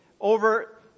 over